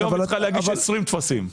היום היא צריכה להגיש 20 טפסים.